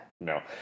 No